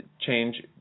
change